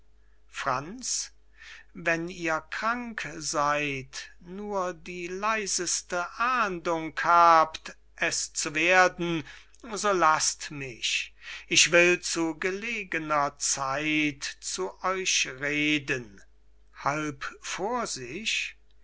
franz wenn ihr krank seyd nur die leiseste ahnung habt es zu werden so laßt mich ich will zu gelegnerer zeit zu euch reden